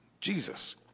Jesus